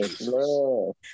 Love